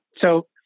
so-